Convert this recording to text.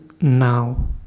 now